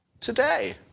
Today